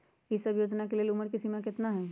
ई सब योजना के लेल उमर के सीमा केतना हई?